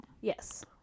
Yes